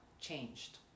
changed